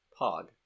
Pog